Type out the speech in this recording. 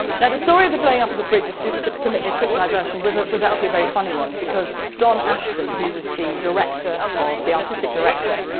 now, the story of the blowing up of the bridge, if you'll just permit me a quick diversion, was ah was actually a very funny one because don ashton, who was the director of. the artistic director,